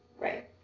Right